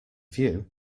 view